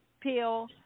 pill